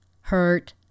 hurt